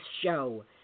show